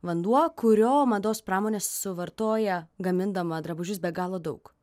vanduo kurio mados pramonė suvartoja gamindama drabužius be galo daug